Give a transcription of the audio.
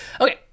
Okay